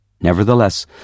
Nevertheless